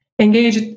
Engage